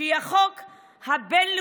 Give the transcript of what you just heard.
והיא החוק הבין-לאומי,